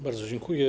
Bardzo dziękuję.